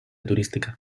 turística